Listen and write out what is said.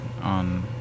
On